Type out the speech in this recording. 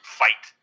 fight